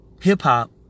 hip-hop